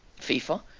FIFA